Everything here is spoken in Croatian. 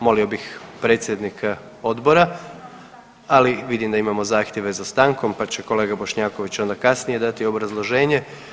Molio bih predsjednika Odbora, ali vidim da imamo zahtjeve za stankom pa će kolega Bošnjaković onda kasnije dati obrazloženje.